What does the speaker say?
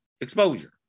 exposure